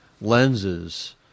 lenses